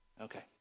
Okay